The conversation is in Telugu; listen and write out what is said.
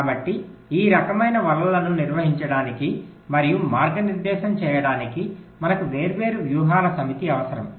కాబట్టి ఈ రకమైన వలలను నిర్వహించడానికి మరియు మార్గనిర్దేశం చేయడానికి మనకు వేర్వేరు వ్యూహాల సమితి అవసరం